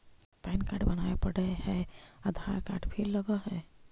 Pan card बनावे पडय है आधार कार्ड भी लगहै?